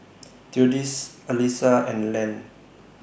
Theodis Alisa and Len